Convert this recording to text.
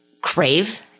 crave